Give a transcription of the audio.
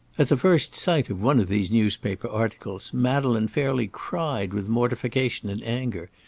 at the first sight of one of these newspaper articles, madeleine fairly cried with mortification and anger.